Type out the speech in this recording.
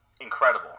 incredible